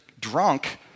drunk